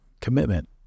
commitment